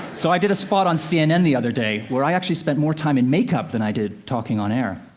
so i did a spot on cnn the other day where i actually spent more time in makeup than i did talking on air.